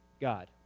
God